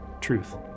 truth